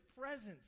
presence